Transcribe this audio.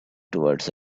towards